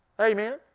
Amen